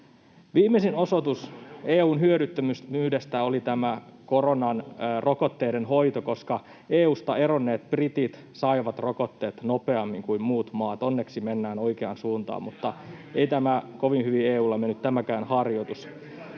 Viimeisin osoitus EU:n hyödyttömyydestä oli tämä koronarokotteiden hoito, koska EU:sta eronneet britit saivat rokotteet nopeammin kuin muut maat. Onneksi mennään oikeaan suuntaan, mutta ei tämäkään harjoitus